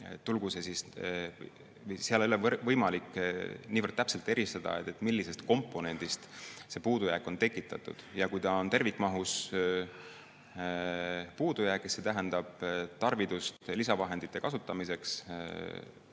tervikmahus. Seal ei ole võimalik niivõrd täpselt eristada, millisest komponendist see puudujääk on tekitatud. Ja kui ta tervikmahus on puudujäägis, siis see tähendab tarvidust lisavahendite kasutamiseks